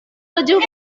tujuh